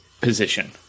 position